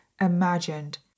imagined